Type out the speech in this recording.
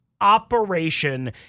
operation